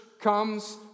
comes